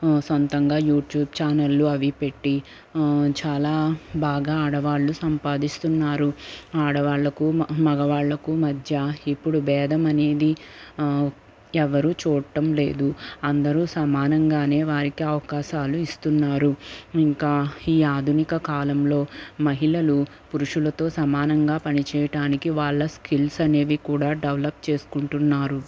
సొంతంగా యూట్యూబ్ ఛానళ్లు అవి పెట్టి చాలా బాగా ఆడవాళ్ళూ సంపాదిస్తున్నారు ఆడవాళ్ళకు మగవాళ్ళకు మధ్య ఇప్పుడు బేధం అనేది ఎవరు చూడటం లేదు అందరూ సమానంగానే వారికి అవకాశాలు ఇస్తున్నారు ఇంకా ఈ ఆధునిక కాలంలో మహిళలు పురుషులతో సమానంగా పనిచేయటానికి వాళ్ళ స్కిల్స్ అనేవి కూడా డెవలప్ చేసుకుంటున్నారు